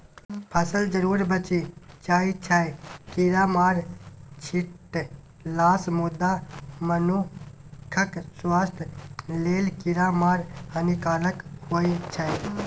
फसल जरुर बचि जाइ छै कीरामार छीटलासँ मुदा मनुखक स्वास्थ्य लेल कीरामार हानिकारक होइ छै